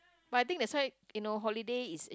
but I think that's why you know holiday is